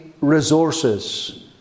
resources